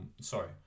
Sorry